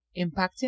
impacting